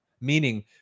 Meaning